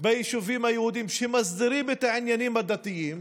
ביישובים היהודיים שמסדירות את העניינים הדתיים